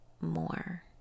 more